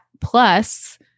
plus